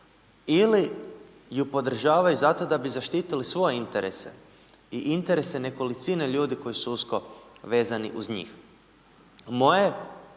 ili ju podržavaju zato da bi zaštitili svoje interese i interese nekolicine ljudi koji su usko vezani uz njih. Moja